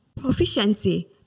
proficiency